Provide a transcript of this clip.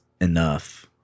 Enough